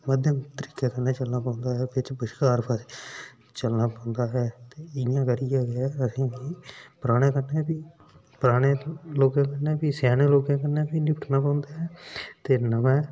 मध्यम तरीकै कन्नै चलना पौंदा ऐ बश्कार चलना पौंदा ऐ ते इ'यां करियै गै असेंगी पराने समें दी पराने लोकें कन्नै बी सेआने लोकें कन्नै बी निपटना पौंदा ऐ ते नमें